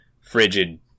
frigid